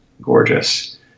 gorgeous